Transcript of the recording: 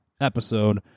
episode